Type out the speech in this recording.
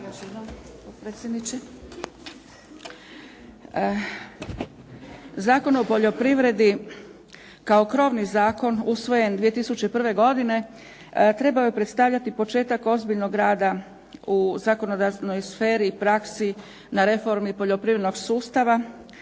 Zakon o poljoprivredi kao krovni zakon usvojen 2001. godine trebao je predstavljati početak ozbiljnog rada u zakonodavstvenoj sferi, praksi na reformi poljoprivrednog sustava,